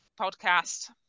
podcast